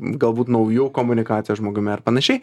galbūt nauju komunikacijos žmogumi ar panašiai